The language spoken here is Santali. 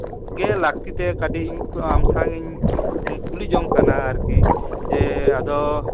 ᱜᱮ ᱞᱟᱹᱠᱛᱤ ᱛᱮ ᱠᱟᱹᱴᱤᱡ ᱟᱢ ᱥᱟᱝ ᱤᱧ ᱠᱩᱞᱤ ᱡᱚᱝ ᱠᱟᱱᱟ ᱟᱨᱠᱤ ᱡᱮ ᱟᱫᱚ